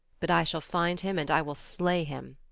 but i shall find him and i will slay him.